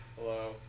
Hello